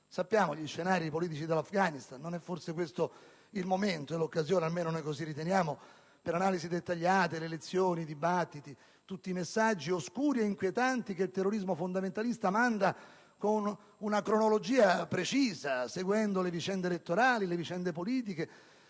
Conosciamo gli scenari politici dell'Afghanistan: non è forse questo il momento e l'occasione, almeno così riteniamo, per analisi dettagliate sulle elezioni, sui dibattiti e su tutti i messaggi oscuri ed inquietanti che il terrorismo fondamentalista invia, con una cronologia precisa, seguendo le vicende elettorali e politiche.